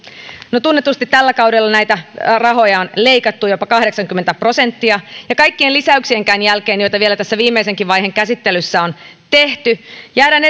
no tunnetusti tällä kaudella näitä rahoja on leikattu jopa kahdeksankymmentä prosenttia ja kaikkien lisäyksienkin jälkeen joita vielä tässä viimeisenkin vaiheen käsittelyssä on tehty jäädään